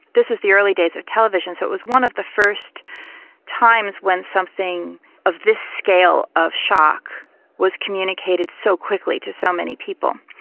this is the early days of television so it was one of the first times when something of this scale of shock was communicated so quickly to so many people.